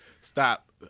Stop